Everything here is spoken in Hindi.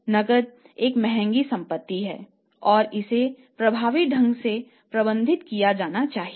नकद एक महंगी संपत्ति है और इसे प्रभावी ढंग से प्रबंधित किया जाना चाहिए